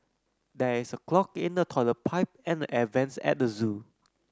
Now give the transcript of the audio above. there is a clog in the toilet pipe and the air vents at the zoo